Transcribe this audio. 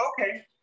okay